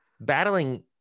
battling